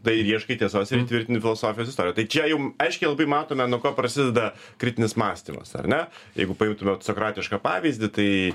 tai ir ieškai tiesos ir įtvirtini filosofijos istoriją tai čia jum aiškiai labai matome nuo ko prasideda kritinis mąstymas ar ne jeigu paimtumėt sokratišką pavyzdį tai